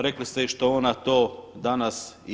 Rekli ste i što ona to danas i je.